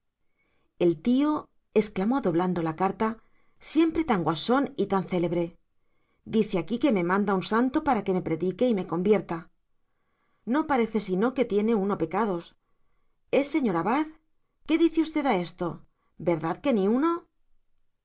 despótica el tío exclamó doblando la carta siempre tan guasón y tan célebre dice que aquí me manda un santo para que me predique y me convierta no parece sino que tiene uno pecados eh señor abad qué dice usted a esto verdad que ni uno